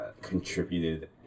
contributed